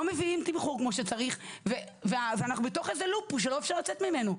לא מביאים תמחורים שצריך ואז אנחנו בתוך איזה לופ שלא אפשרי לצאת ממנו.